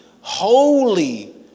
Holy